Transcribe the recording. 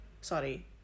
sorry